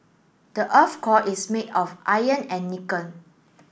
the earth's core is made of iron and nickel